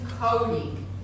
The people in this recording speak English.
coding